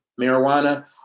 marijuana